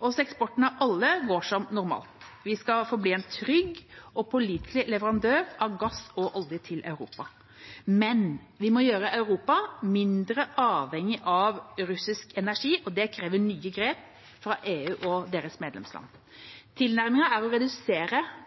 Også eksporten av olje går som normalt. Vi skal forbli en trygg og pålitelig leverandør av gass og olje til Europa. Men vi må gjøre Europa mindre avhengig av russisk energi, og det krever nye grep fra EU og deres medlemsland. Tilnærmingen er å redusere